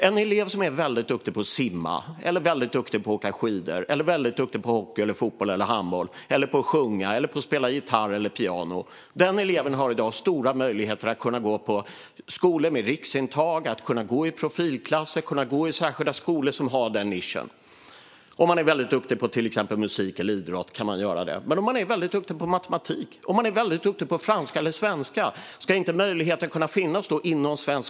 En elev som är väldigt duktig på att simma, på att åka skidor, på att spela hockey, fotboll eller handboll, på att sjunga eller på att spela gitarr eller piano har i dag stora möjligheter att gå på skolor med riksintag, gå i profilklasser och gå i särskilda skolor som har denna nisch. Om man är väldigt duktig på musik eller idrott kan man göra det. Ska inte den möjligheten finnas inom svenskt skolväsen också för den som är väldigt duktig på matematik, franska eller svenska?